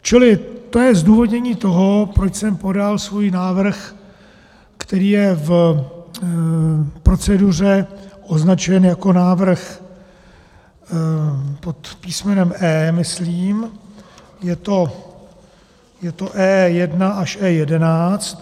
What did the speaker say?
Čili to je zdůvodnění toho, proč jsem podal svůj návrh, který je v proceduře označen jako návrh pod písmenem E, myslím, je to E1 až E11.